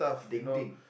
thinking